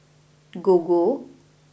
Gogo